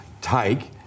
take